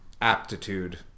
aptitude